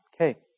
okay